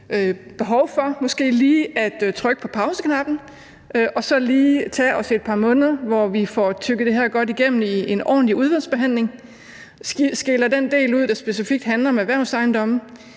behov for måske lige at trykke på pauseknappen og så tage os et par måneder, hvor vi får tygget det her godt igennem i en ordentlig udvalgsbehandling og skiller den del ud, der specifikt handler om erhvervsejendomme.